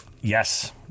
Yes